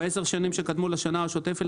בעשר השנים שקדמו לשנה השוטפת,